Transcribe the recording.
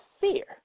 fear